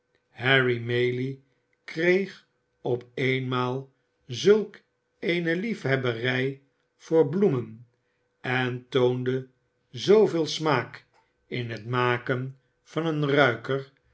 harry maylie kreeg op eenmaal zulk eene liefhebberij voor bloemen en toonde zooveel smaak in het maken van een ruiker